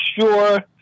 sure